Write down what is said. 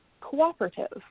cooperative